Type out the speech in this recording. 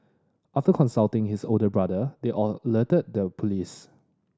after consulting his older brother they all alerted the police